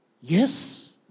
yes